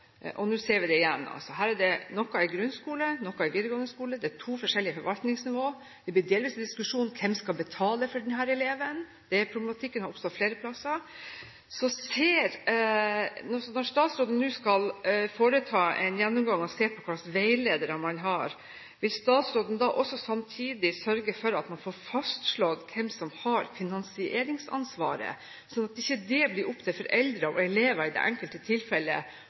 og nå ser vi det igjen: Det er noe i grunnskolen og noe i videregående skole her, det er to forskjellige forvaltningsnivåer. Delvis blir det en diskusjon om hvem som skal betale for denne eleven. Denne problematikken har oppstått flere plasser. Når statsråden nå skal foreta en gjennomgang og se på hva slags veiledere man har, vil hun samtidig sørge for at man får fastslått hvem som har finansieringsansvaret, sånn at det ikke blir opp til foreldre og elever i det enkelte